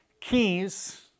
Keys